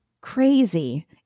crazy